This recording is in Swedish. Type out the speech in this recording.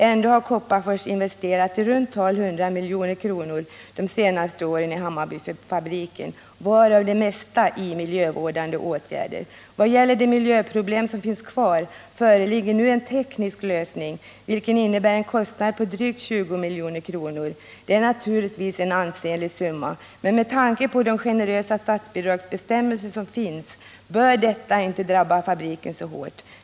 Ändå har Kopparfors de senaste åren investerat i runt tal 100 milj.kr. i Hammarbyfabriken, varav det mesta i miljövårdande åtgärder. Vad beträffar de miljöproblem som finns kvar föreligger nu en teknisk lösning, som medför en kostnad på drygt 20 milj.kr. Det är naturligtvis en ansenlig summa, men med tanke på de generösa statsbidragsbestämmelser som finns bör detta inte drabba fabriken så hårt.